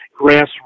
grassroots